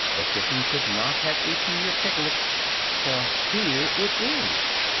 the kitten could not have eaten your piglet for here it is!